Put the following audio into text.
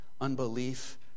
unbelief